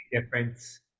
difference